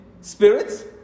spirits